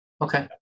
okay